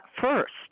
first